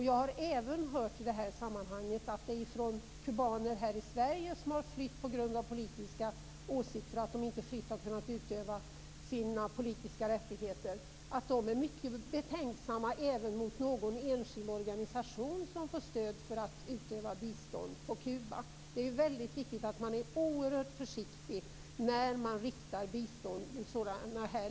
Jag har i detta sammanhang även hört från kubaner här i Sverige, som har flytt på grund av politiska åsikter och att de inte fritt har kunnat utöva sina politiska rättigheter, att de är mycket betänksamma även mot någon enskild organisation som får stöd för att utöva bistånd i Kuba. Det är väldigt viktigt att man är oerhört försiktig när man riktar bistånd till sådana länder.